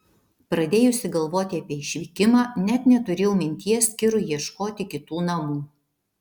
pradėjusi galvoti apie išvykimą net neturėjau minties kirui ieškoti kitų namų